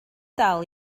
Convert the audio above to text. dal